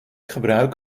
gebruik